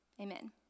Amen